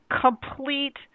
complete